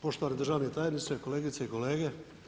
Poštovane državne tajnice, kolegice i kolege.